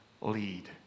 lead